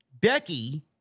Becky